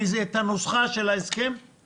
אני